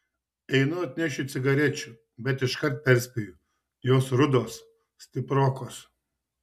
einu atnešiu cigarečių bet iškart perspėju jos rudos stiprokos